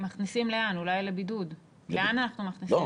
לאן אנחנו מכניסים?